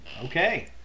Okay